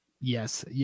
yes